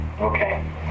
Okay